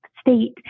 state